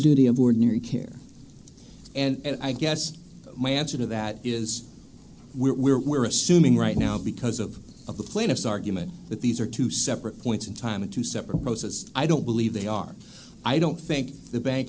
duty of ordinary care and i guess my answer to that is we're we're assuming right now because of of the plaintiff's argument that these are two separate points in time and two separate poses i don't believe they are i don't think the bank